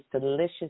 delicious